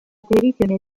televisione